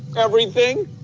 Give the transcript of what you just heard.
everything.